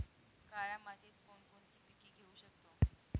काळ्या मातीत कोणकोणती पिके घेऊ शकतो?